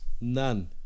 None